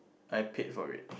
I paid for it